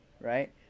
Right